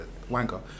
wanker